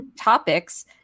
topics